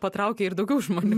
patraukei ir daugiau žmonių